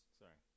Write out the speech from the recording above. sorry